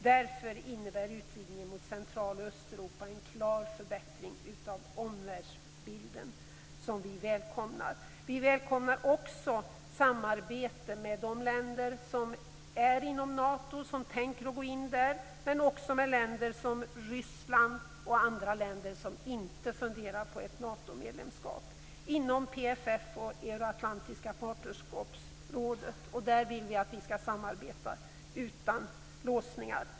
Därför innebär utvidgningen mot Central och Östeuropa en klar förbättring av omvärldsbilden, som vi välkomnar. Vi välkomnar också samarbete med de länder som är med i Nato eller tänker gå med där, men även med Ryssland och andra länder som inte funderar på ett Natomedlemskap. Inom PFF och det euroatlantiska parternskapsrådet vill vi samarbeta utan låsningar.